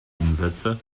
umsätze